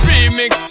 Remix